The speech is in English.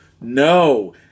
No